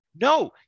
No